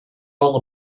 all